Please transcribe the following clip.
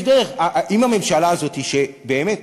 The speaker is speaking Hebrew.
יש דרך, אם הממשלה הזאת, שבאמת